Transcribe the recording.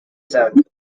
zone